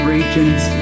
Region's